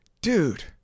dude